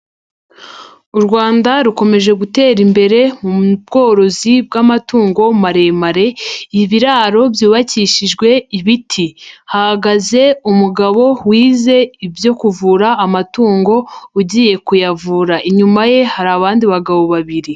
U Rwanda rukomeje gutera imbere mu bworozi bw'amatungo maremare, ibiraro byubakishijwe ibiti, hahagaze umugabo wize ibyo kuvura amatungo ugiye kuyavura, inyuma ye hari abandi bagabo babiri.